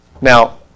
Now